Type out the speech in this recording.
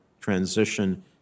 transition